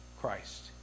Christ